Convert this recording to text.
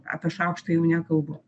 apie šaukštą jau nekalbu